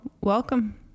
Welcome